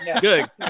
Good